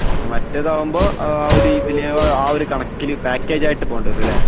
okay മറ്റേതാവുമ്പോൾ ആ ഒരു ഇതിൽ ആ ഒരു കണക്കിൽ പാക്കേജ് ആയിട്ട് പോകേണ്ടിവരും അല്ലേ